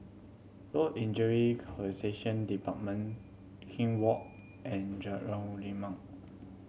Work Injury Compensation Department King Walk and Lima